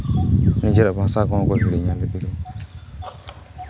ᱱᱤᱡᱮᱨᱟᱜ ᱵᱷᱟᱥᱟ ᱠᱚᱦᱚᱸ ᱠᱚ ᱦᱤᱲᱤᱧᱟ